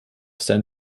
san